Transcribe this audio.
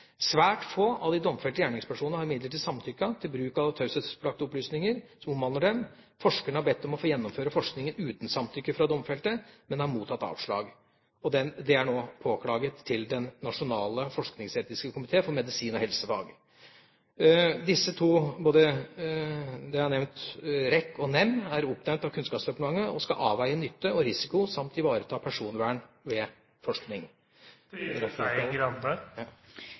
Svært få av de domfelte gjerningspersonene har imidlertid samtykket til bruk av taushetsbelagte opplysninger som omhandler dem. Forskeren har bedt om å få gjennomføre forskningen uten samtykke fra domfelte, men har mottatt avslag. Det er nå påklaget til Den nasjonale forskningsetiske komité for medisin og helsefag. Disse to, både REK og NEM, er oppnevnt av Kunnskapsdepartementet og skal avveie nytte og risiko samt ivareta personvern ved forskning. Statsråden skal nok få muligheten til å videreføre det.